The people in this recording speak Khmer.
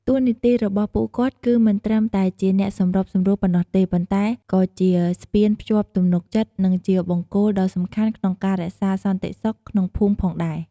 តួនាទីរបស់ពួកគាត់ គឺមិនត្រឹមតែជាអ្នកសម្របសម្រួលប៉ុណ្ណោះទេ ប៉ុន្តែក៏ជាស្ពានភ្ជាប់ទំនុកចិត្ត និងជាបង្គោលដ៏សំខាន់ក្នុងការរក្សាសន្តិសុខក្នុងភូមិផងដែរ។